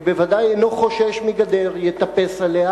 בוודאי אינו חושש מגדר יטפס עליה.